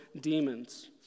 demons